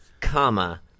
comma